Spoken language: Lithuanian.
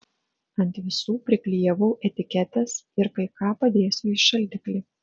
ant visų priklijavau etiketes ir kai ką padėsiu į šaldiklį